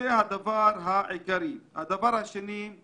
הדבר השני הוא